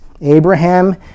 Abraham